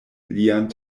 lian